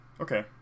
Okay